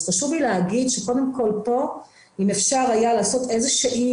אז חשוב לי להגיד שקודם כל פה אם אפשר היה לעשות איזושהי